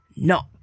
knock